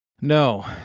No